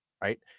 right